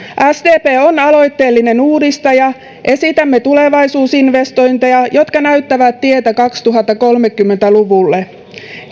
sdp on aloitteellinen uudistaja esitämme tulevaisuusinvestointeja jotka näyttävät tietä kaksituhattakolmekymmentä luvulle